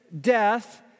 death